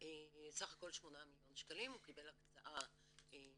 סך הכל שמונה מיליון שקלים, הוא קיבל הקצאה של